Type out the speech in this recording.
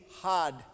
hard